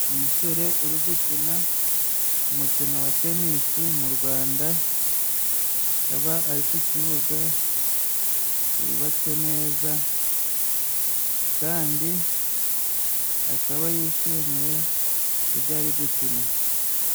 Umusore uri gukina umukino wa tenisi mu Rwanda, akaba ari ku kibuga cyubatse neza, kandi akaba yishimiye ibyo ari gukina.